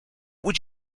would